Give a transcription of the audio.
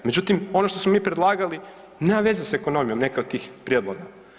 Međutim, ono što smo mi predlagali nema veze s ekonomijom neke od tih prijedloga.